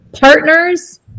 Partners